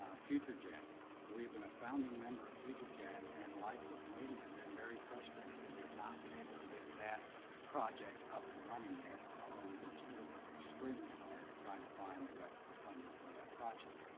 ah futuregen. we have been a founding member of futuregen and, like the committee, have been very frustrated that we have not been able to get that project up and running yet, although we continue to work extremely hard at trying to find the rest of the funding for that project.